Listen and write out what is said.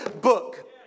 book